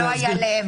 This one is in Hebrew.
זה לא היה אליהם.